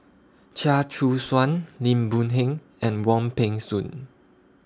Chia Choo Suan Lim Boon Heng and Wong Peng Soon